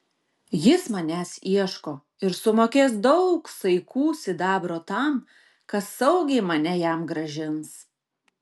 jis manęs ieško ir sumokės daug saikų sidabro tam kas saugiai mane jam grąžins